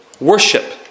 worship